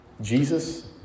Jesus